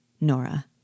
Nora